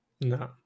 No